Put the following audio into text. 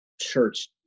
church